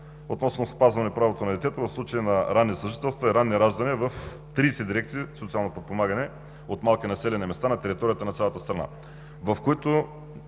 относно спазване правото на детето в случаи на ранни съжителства и ранни раждания в 30 дирекции за социално подпомагане от малки населени места на територията на цялата страна, в които